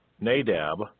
Nadab